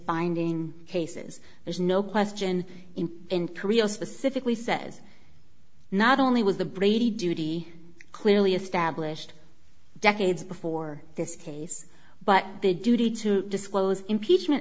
binding cases there's no question in in korea specifically says not only was the brady duty clearly established decades before this case but the duty to disclose impeachment